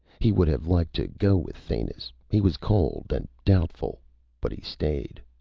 he would have liked to go with thanis. he was cold and doubtful but he stayed.